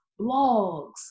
blogs